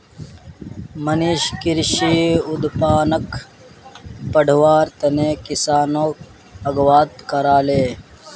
मनीष कृषि उत्पादनक बढ़व्वार तने किसानोक अवगत कराले